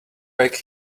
back